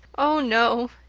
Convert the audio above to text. oh, no,